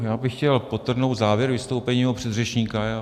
Já bych chtěl podtrhnout závěr vystoupení svého předřečníka.